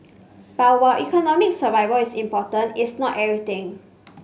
but while economic survival is important it's not everything